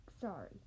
sorry